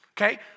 Okay